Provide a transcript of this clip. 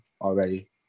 already